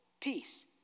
peace